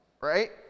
right